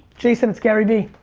jason, it's gary vee.